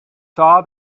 saw